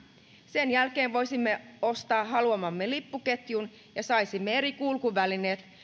sen jälkeen voisimme ostaa haluamamme lippuketjun ja saisimme eri kulkuvälineet